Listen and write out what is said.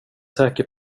säker